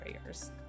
prayers